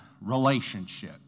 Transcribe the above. relationship